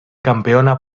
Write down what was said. campeona